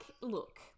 look